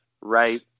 right